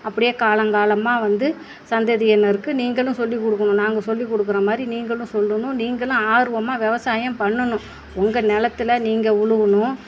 அப்படியே காலம் காலமாக வந்து சந்ததியினருக்கு நீங்களும் சொல்லிக் கொடுக்கணும் நாங்கள் சொல்லிக் கொடுக்குற மாதிரி நீங்களும் சொல்லணும் நீங்களும் ஆர்வமாக விவசாயம் பண்ணணும் உங்கள் நிலத்துல நீங்கள் உழுவுணும்